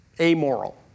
amoral